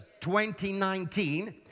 2019